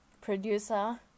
producer